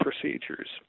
procedures –